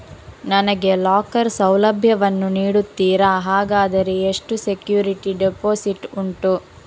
ನನಗೆ ಲಾಕರ್ ಸೌಲಭ್ಯ ವನ್ನು ನೀಡುತ್ತೀರಾ, ಹಾಗಾದರೆ ಎಷ್ಟು ಸೆಕ್ಯೂರಿಟಿ ಡೆಪೋಸಿಟ್ ಉಂಟು?